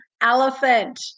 elephant